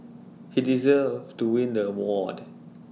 he deserved to win the award